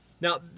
Now